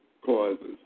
causes